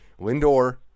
Lindor